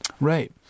Right